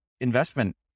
investment